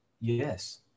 Yes